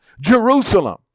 Jerusalem